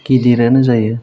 गिदिरानो जायो